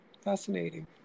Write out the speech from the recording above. fascinating